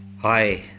Hi